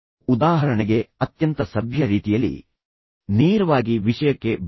ಉದಾಹರಣೆಗೆ ಅತ್ಯಂತ ಸಭ್ಯ ರೀತಿಯಲ್ಲಿ ನೇರವಾಗಿ ವಿಷಯಕ್ಕೆ ಬನ್ನಿ